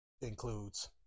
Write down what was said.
includes